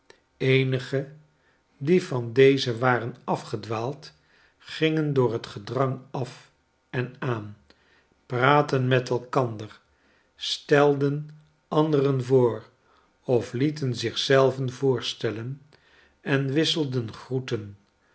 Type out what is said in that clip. eenige die van dezen waren afgedwaald gingen door het gedrang af en aan praatten met elkander stelden anderen voor of lieten zich zelven voorstellen en wisselden groeten